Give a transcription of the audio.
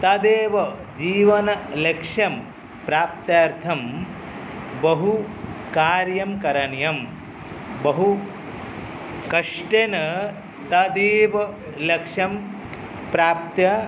तदेव जीवनलक्ष्यं प्राप्त्यर्थं बहुकार्यं करणीयं बहुकष्टेन तदेव लक्ष्यं प्राप्त्य